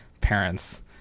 Parents